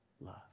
love